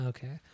Okay